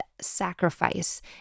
sacrifice